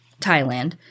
Thailand